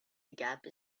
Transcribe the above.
gap